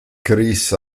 chris